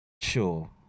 sure